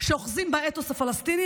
שאוחזים באתוס הפלסטיני.